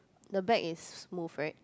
the back is smooth right